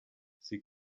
sie